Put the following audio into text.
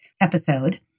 episode